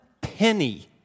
penny